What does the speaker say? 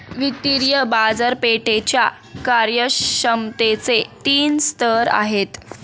वित्तीय बाजारपेठेच्या कार्यक्षमतेचे तीन स्तर आहेत